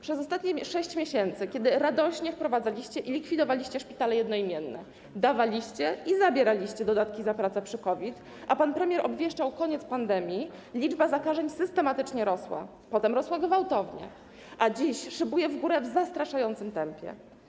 Przez ostatnie 6 miesięcy, kiedy radośnie wprowadzaliście i likwidowaliście szpitale jednoimienne, dawaliście i zabieraliście dodatki za pracę w związku z COVID, a pan premier obwieszczał koniec pandemii, liczba zakażeń systematycznie rosła, potem rosła gwałtownie, a dziś szybuje w górę w zastraszającym tempie.